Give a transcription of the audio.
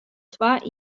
twa